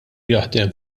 jaħdem